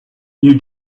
you